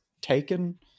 taken